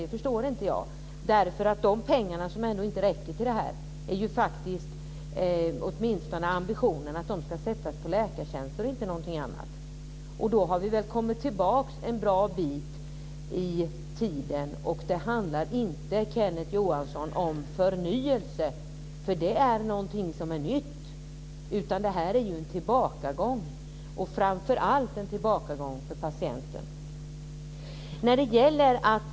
Det förstår inte jag, därför att ambitionen är åtminstone att de pengar som ändå inte räcker till det här ska satsas på läkartjänster och inte något annat. Då har vi väl kommit tillbaka en bra bit i tiden. Och det handlar inte, Kenneth Johansson, om förnyelse för det är något som är nytt. Det här är ju en tillbakagång, framför allt för patienten.